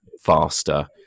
faster